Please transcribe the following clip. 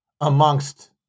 amongst